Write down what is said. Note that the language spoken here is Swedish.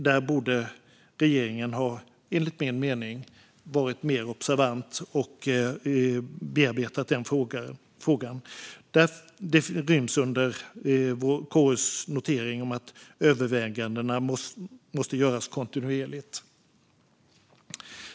Där borde regeringen enligt min mening ha varit mer observant och bearbetat frågan. Det ryms under KU:s notering om att övervägandena måste göras kontinuerligt.